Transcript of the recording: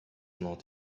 not